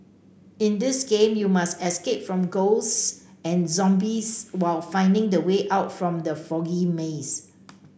in this game you must escape from ghosts and zombies while finding the way out from the foggy maze